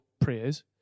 prayers